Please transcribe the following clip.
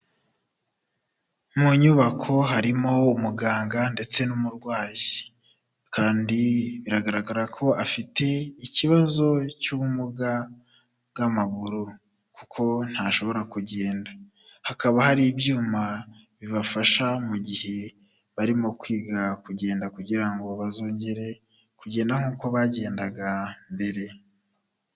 Mu nyubako harimo umuganga ndetse n'umurwayi kandi biragaragara ko afite ikibazo cy'ubumuga bw'amaguru kuko ntashobora kugenda, hakaba hari ibyuma bibafasha mu gihe barimo kugenda kugira ngo bazongere kugenda nkuko bagendaga mbere.